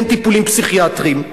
אין טיפולים פסיכיאטריים.